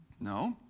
No